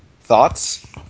Thoughts